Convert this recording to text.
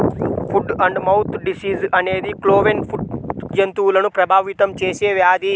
foot and mouth disease అనేది cloven foot జంతువులను ప్రభావితం చేసే వ్యాధి